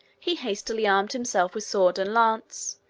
he hastily armed himself with sword and lance,